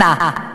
אנא,